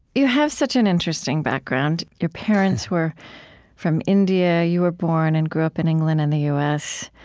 you have such an interesting background. your parents were from india. you were born and grew up in england and the u s.